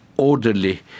orderly